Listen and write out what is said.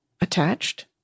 attached